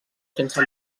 sense